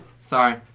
Sorry